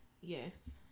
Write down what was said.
Yes